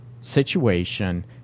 situation